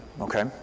okay